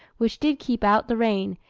which did keep out the rain,